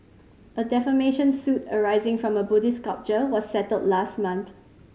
a defamation suit arising from a Buddhist sculpture was settled last month